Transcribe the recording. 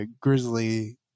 Grizzly